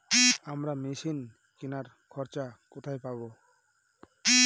আমরা মেশিন কেনার খরচা কোথায় পাবো?